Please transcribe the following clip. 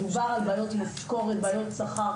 מדובר על בעיות משכרות, בעיות שכר.